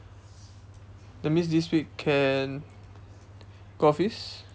that means this week can go office